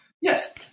Yes